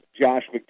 Josh